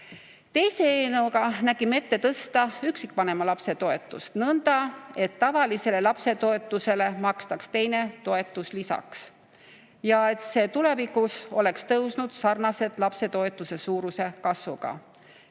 Teise eelnõuga nägime ette tõsta üksikvanema lapse toetust nõnda, et tavalisele lapsetoetusele makstaks teine toetus lisaks ja et see tulevikus oleks tõusnud sarnaselt lapsetoetuse suuruse kasvuga.